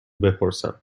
بپرسم